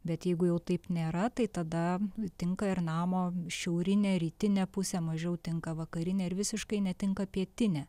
bet jeigu jau taip nėra tai tada tinka ir namo šiaurinė rytinė pusė mažiau tinka vakarinė ir visiškai netinka pietinė